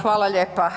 Hvala lijepa.